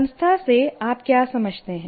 संस्था से आप क्या समझते हैं